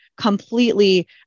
completely